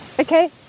Okay